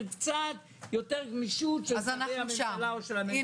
קצת יותר גמישות של שרי הממשלה או הממשלה --- אז אני